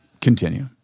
continue